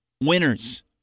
winners